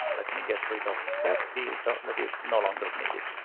let me get rid of that filter that is no longer needed.